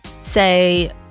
say